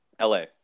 LA